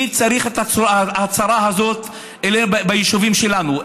מי צריך את הצרה הזאת ביישובים שלנו?